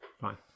Fine